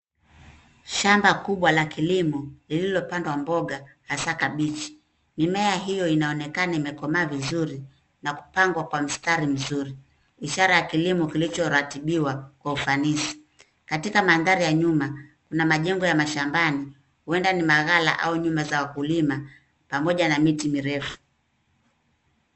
Shamba kubwa la kilimo lililopandwa mboga hasa kabichi. Mimea hiyo inaonekana imekomaa vizuri na kupangwa kwa mstari mzuri, ishara ya kilimo kilichoratibiwa kwa ufanisi. Katika mandhari ya nyuma kuna majengo ya mashambani huenda ni maghala au nyumba za wakulima pamoja na miti mirefu.